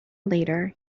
later